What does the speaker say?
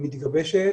שמתגבשת.